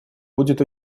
будет